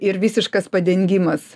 ir visiškas padengimas